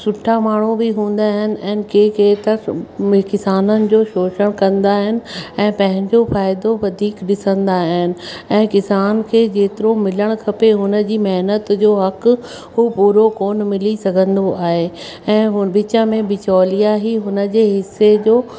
सुठा माण्हू बि हूंदा आहिनि ऐं कंहिं कंहिं त किसाननि जो शोषण कंदा आहिनि ऐं पंहिंजो फ़ाइदो वधीक ॾिसंदा आहिनि ऐं किसान खे जेतिरो मिलणु खपे हुनजी महिनत जो हक़ हू पूरो कोन मिली सघंदो आहे ऐं हू विच में बि बिचोलिया ही हुन जे हिसे जो